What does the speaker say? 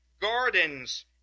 gardens